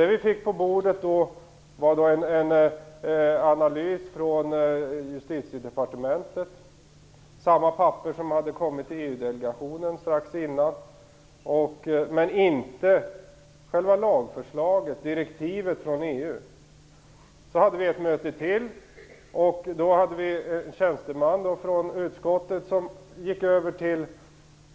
Det vi då fick på bordet var en analys från Justitiedepartementet, samma papper som hade kommit till EU-delegationen strax innan, men inte själva lagförslaget, dvs. Därefter hade utskottet ett möte till. Då hade vi en tjänsteman från utskottet som gick över till